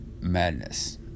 madness